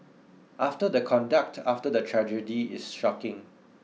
after the conduct after the tragedy is shocking